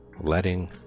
Letting